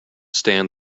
stand